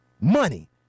Money